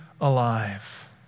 alive